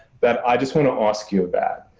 that i just want to ask you about.